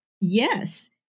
Yes